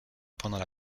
pendant